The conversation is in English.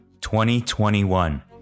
2021